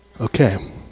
okay